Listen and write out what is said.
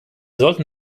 sollten